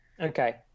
Okay